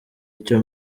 icyo